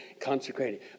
consecrated